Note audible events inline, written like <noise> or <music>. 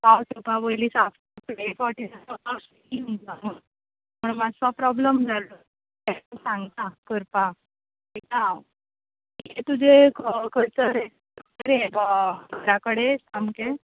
पावस येवपा पयली साफ <unintelligible> हे फावटीं मातसो पावस बेगीन येयला म्हुणून म्हण मास्सो प्रॉब्लम जालो ताका सांगता करपा पळयतां हांव हें तुजें ख खंयसर <unintelligible> हें गो घरा कडेच सामकें